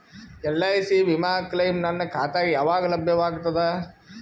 LIC ವಿಮಾ claim ನನ್ನ ಖಾತಾಗ ಯಾವಾಗ ಲಭ್ಯವಾಗತದ?